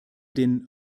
den